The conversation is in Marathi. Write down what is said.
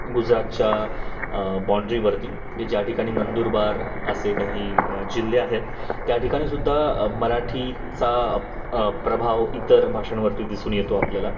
गुजरातच्या बाँड्रीवरती की ज्या ठिकाणी नंदुरबार असे काही जिल्हे आहेत त्या ठिकाणी सुद्धा मराठीचा प्रभाव इतर भाषांवरती दिसून येतो आपल्याला